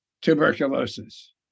tuberculosis